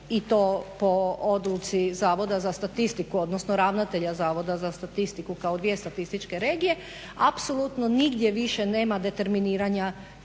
i to po odluci Zavoda za statistiku, odnosno ravnatelja Zavoda za statistiku kao dvije statističke regije apsolutno nigdje više nema determiniranja